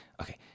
okay